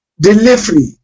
delivery